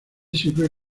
sirve